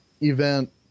event